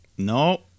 No